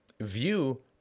view